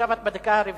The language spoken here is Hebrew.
עכשיו את בדקה הרביעית.